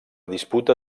disputa